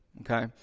okay